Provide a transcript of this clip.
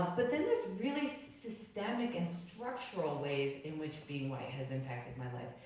but then there's really systemic and structural ways in which being white has impacted my life.